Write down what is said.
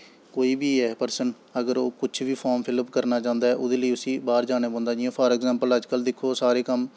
पर कोई बी ऐ अगर ओह् फार्म फिलअप करना चांह्दा ऐ उस्सी बाह्र जाना पौंदा ऐ जि'यां फॉर अग़्ज़ैंपल अजकल्ल दिक्खो